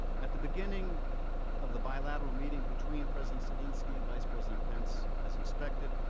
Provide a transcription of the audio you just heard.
at the beginning of the bilateral meeting between president zelensky and vice president pence, as expected,